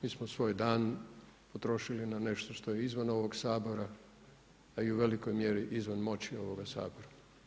Mi smo svoj dan potrošili na nešto što je izvan ovog Sabora, a i u velikoj mjeri izvan moći ovoga Sabora.